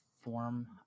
form